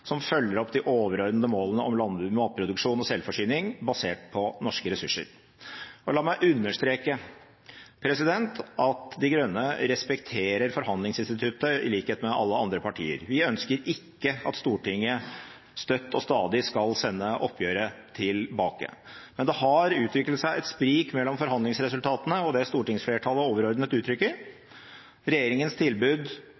som følger opp de overordnede målene om matproduksjon og selvforsyning basert på norske ressurser. La meg understreke at Miljøpartiet De Grønne respekterer forhandlingsinstituttet, i likhet med alle andre partier. Vi ønsker ikke at Stortinget støtt og stadig skal sende oppgjøret tilbake. Men det har utviklet seg et sprik mellom forhandlingsresultatene og det stortingsflertallet overordnet